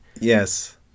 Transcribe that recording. Yes